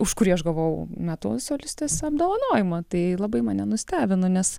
už kurį aš gavau metų solistės apdovanojimą tai labai mane nustebino nes